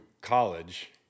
college